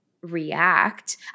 react